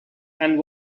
and